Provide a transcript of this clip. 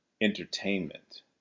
entertainment